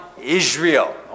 Israel